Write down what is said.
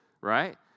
right